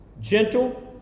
Gentle